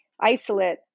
isolate